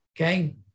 Okay